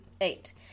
eight